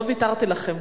לא ויתרתי לכם.